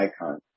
icon